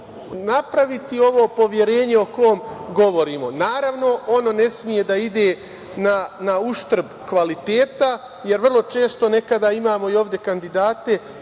napraviti ovo poverenje o kom govorimo. Naravno, ono ne sme da ide na uštrb kvaliteta, jer vrlo često nekada imamo i ovde kandidate,